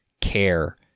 care